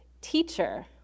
Teacher